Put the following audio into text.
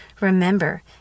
Remember